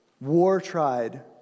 war-tried